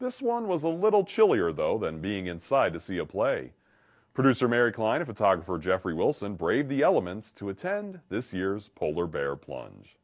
this one was a little chilly or though than being inside to see a play producer mary klein a photographer jeffrey wilson braved the elements to attend this year's polar bear plunge